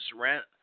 rent